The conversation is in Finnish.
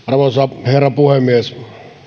arvoisa herra puhemies